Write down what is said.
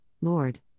Lord